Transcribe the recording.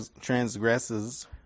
transgresses